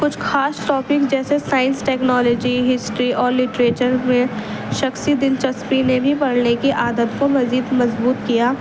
کچھ خاص ٹاپکس جیسے سائنس ٹکنالوجی ہسٹری اور لٹریچر میں شخصی دلچسپی لینی پڑنے کی عادت کو مزید مضبوط کیا